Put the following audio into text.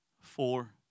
four